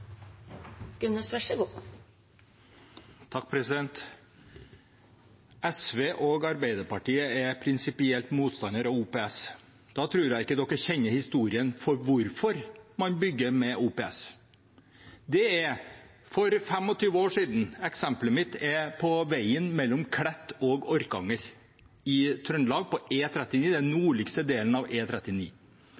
prinsipielt motstandere av OPS. Da tror jeg ikke de kjenner historien for hvorfor man bygger med OPS. Mitt eksempel er fra 25 år tilbake og gjelder veien mellom Klett og Orkanger i Trøndelag – den nordligste delen av E39. Det sto ikke på